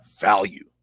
value